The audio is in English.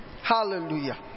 Hallelujah